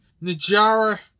Najara